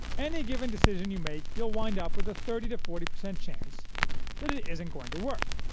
any given decision you make you'll wind up with a thirty to forty percent chance that it isn't going to work.